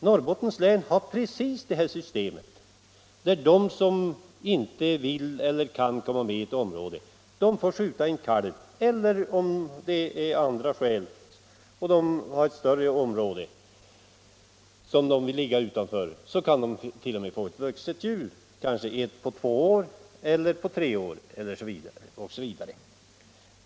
Norrbottens län har samma system, där de som inte vill eller inte kan komma med i ett område får skjuta en kalv eller, om det finns andra skäl och de har ett större område, t.o.m. ett vuxet djur — kanske en vuxen älg på två eller tre år.